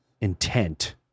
intent